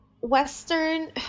Western